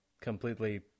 completely